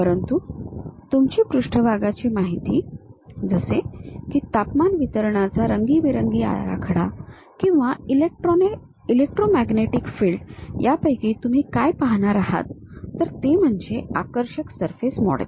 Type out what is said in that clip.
परंतु तुमची पृष्ठभागाची माहिती जसे की तापमान वितरणाचा रंगीबेरंगी आराखडा किंवा इलेक्ट्रोमॅग्नेटिक फील्ड यापैकी तुम्ही काय पाहणार आहात तर ते म्हणजे आकर्षक सरफेस मॉडेल